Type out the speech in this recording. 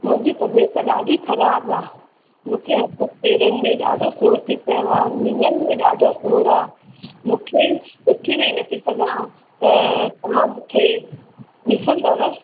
मुंहिंजी तबियतु ॾाढी ख़राब आहे मूंखे हथनि पेरनि में ॾाढो सूर थी पियो आहे ऐं लिंङन में ॾाढो सूर आहे मूंखे उथी वेही नथी सघां त तव्हां मूंखे डिसंदव